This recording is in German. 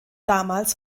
damals